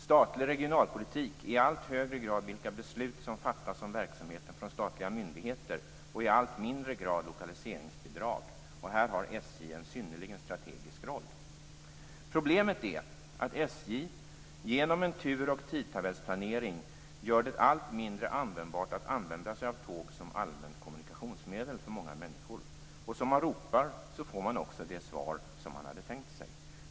Statlig regionalpolitik är i allt högre grad vilka beslut som fattas om verksamheten av statliga myndigheter och i allt mindre grad lokaliseringsbidrag. SJ har här en synnerligen strategisk roll. Problemet är att SJ genom sin tur och tidtabellsplanering gör tåg allt mindre användbart som allmänt kommunikationsmedel för många människor. Som man ropar får man också det svar som man hade tänkt sig.